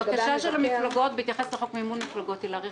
הבקשה של המפלגות בהתייחס לחוק מימון מפלגות היא להאריך